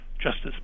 Justice